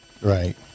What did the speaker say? Right